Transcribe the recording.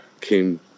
came